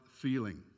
feeling